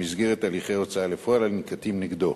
במסגרת הליכי הוצאה לפועל הננקטים נגדו.